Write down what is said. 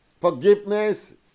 Forgiveness